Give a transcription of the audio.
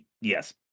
Yes